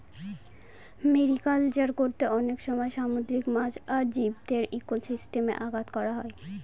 mariculture করতে অনেক সময় সামুদ্রিক মাছ আর জীবদের ইকোসিস্টেমে ঘাত হয়